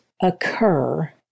occur